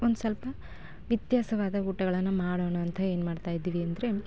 ಒಂದು ಸ್ವಲ್ಪ ವ್ಯತ್ಯಾಸವಾದ ಊಟಗಳನ್ನು ಮಾಡೋಣ ಅಂಥ ಏನು ಮಾಡ್ತಾಯಿದ್ದೀವಿ ಅಂದರೆ